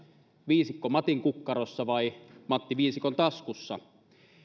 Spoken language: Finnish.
viisikko matin kukkarossa vai matti viisikon taskussa